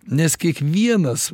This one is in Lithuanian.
nes kiekvienas